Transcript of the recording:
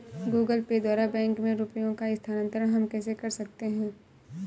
Google Pay द्वारा bank में रुपयों का स्थानांतरण हम कैसे कर सकते हैं?